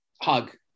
hug